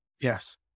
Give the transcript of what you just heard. Yes